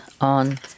on